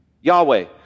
Yahweh